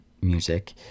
music